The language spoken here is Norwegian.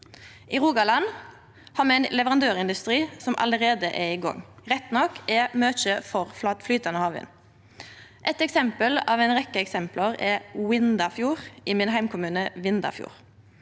I Rogaland har me ein leverandørindustri som allereie er i gang. Rett nok er mykje for flytande havvind. Eit av ei rekkje eksempel er Vindafjord i min heimkommune, Vindafjord.